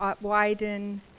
widen